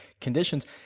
conditions